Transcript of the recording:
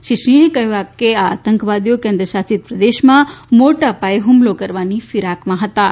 શ્રી સિંહે કહ્યું કે આ આતંકવાદીઓ કેન્દ્રશાસિત પ્રદેશમાં મોટા પાયે હ્મલો કરવાની ફિરાકમાં હતાં